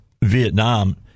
Vietnam